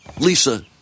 Lisa